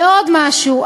ועוד משהו,